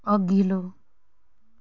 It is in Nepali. अघिल्लो